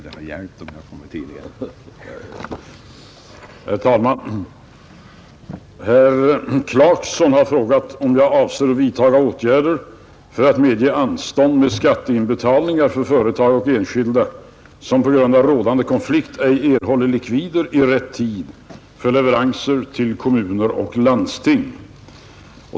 Herr talman! Herr Clarkson har frågat mig om jag avser att vidtaga åtgärder för att medgiva anstånd med skatteinbetalningar för företag och enskilda som på grund av rådande konflikt ej erhåller likvider i rätt tid för leveranser till kommuner och landsting.